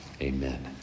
Amen